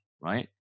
right